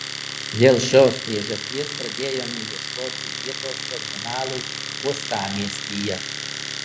dėl šios priežasties pradėjome ieškoti vietos terminalui uostamiestyje